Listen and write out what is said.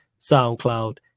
SoundCloud